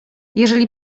jeżeli